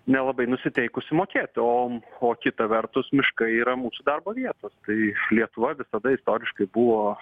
nelabai nusiteikusi mokėt o o kita vertus miškai yra mūsų darbo vietos tai lietuva visada istoriškai buvo